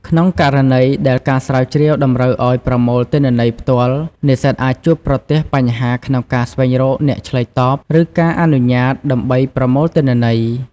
ក្នុងករណីដែលការស្រាវជ្រាវតម្រូវឱ្យប្រមូលទិន្នន័យផ្ទាល់ និស្សិតអាចជួបប្រទះបញ្ហាក្នុងការស្វែងរកអ្នកឆ្លើយតប ឬការអនុញ្ញាតដើម្បីប្រមូលទិន្នន័យ។